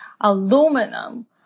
aluminum